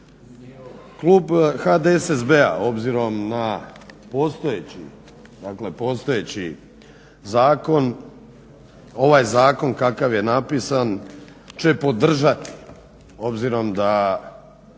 Klub HDSSB-a obzirom na postojeći dakle postojeći zakon ovaj zakon kakav je napisan će podržati, obzirom da